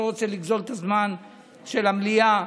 לא רוצה לגזול את הזמן של המליאה.